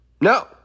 No